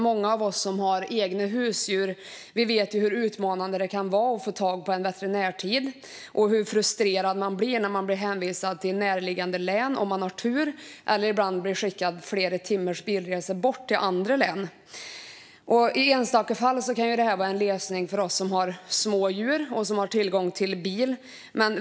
Många av oss som har egna husdjur vet hur utmanande det kan vara att få tag på en veterinärtid och hur frustrerande det är när man blir hänvisad till närliggande län, om man har tur, eller blir skickad flera timmars bilresa bort till andra län. I enstaka fall kan det här vara en lösning för oss som har smådjur och tillgång till bil.